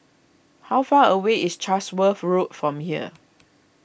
how far away is Chatsworth Road from here